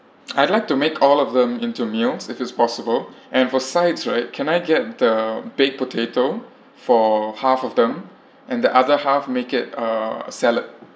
I'd like to make all of them into meals if it's possible and for sides right can I get the baked potato for half of them and the other half make it uh salad